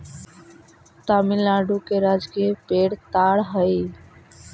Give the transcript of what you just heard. तमिलनाडु के राजकीय पेड़ ताड़ हई